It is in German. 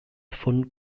von